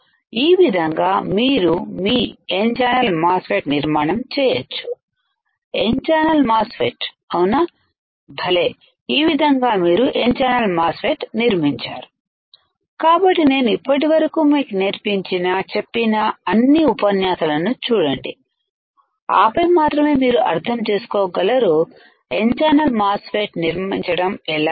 ఈ విధంగా మీరు మీ N ఛానల్ మాస్ ఫెట్నిర్మాణం చేయొచ్చుN ఛానల్ మాస్ ఫెట్ అవునా భలే ఈ విధంగా మీరు N ఛానల్ మాస్ ఫెట్ నిర్మించారు కాబట్టి నేను ఇప్పటివరకు మీకు నేర్పించిన చెప్పిన అన్ని ఉపన్యాసాలను చూడండి ఆపై మాత్రమే మీరు అర్థం చేసుకోగలరు n ఛానల్ మాస్ ఫెట్ నిర్మించటం ఎలా అని